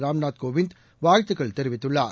ராம்நாத் கோவிந்த வாழ்த்துக்கள் தெரிவித்துள்ளார்